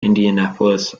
indianapolis